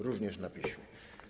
Również na piśmie.